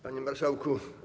Panie Marszałku!